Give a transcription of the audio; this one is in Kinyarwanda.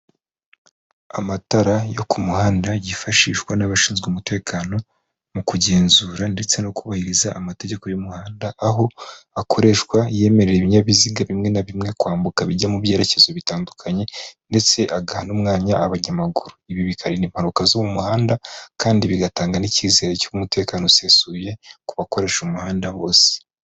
Amatara yo ku muhanda yifashishwa n'abashinzwe umutekano mu kugenzura ndetse no kubahiriza amategeko y'umuhanda, aho akoreshwa yemerera ibinyabiziga bimwe na bimwe kwambuka bijya mu byerekezo bitandukanye ndetse agaha n'umwanya abanyamaguru, ibi bikarinda impanuka zo mu muhanda kandi bigatanga n'icyizere cy'umutekano usesuye ku bakoresha umuhanda bose.